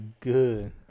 good